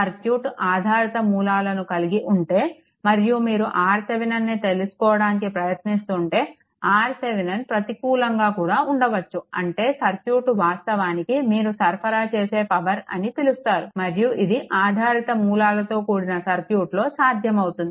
circuit ఆధారిత మూలాలను కలిగి ఉంటే మరియు మీరు RThevenin ను తెలుసుకోవడానికి ప్రయత్నిస్తుంటే RThevenin ప్రతికూలంగా కూడా ఉండవచ్చు అంటే సర్క్యూట్ వాస్తవానికి మీరు సరఫరా చేసే పవర్ అని పిలుస్తారు మరియు ఇది ఆధారిత మూలాలతో కూడిన సర్క్యూట్లో సాధ్యమవుతుంది